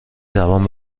زبان